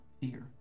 fear